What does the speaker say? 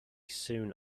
soon